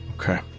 Okay